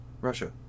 russia